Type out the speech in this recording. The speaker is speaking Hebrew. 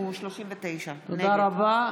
תודה רבה.